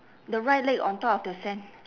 the right leg on top of the sand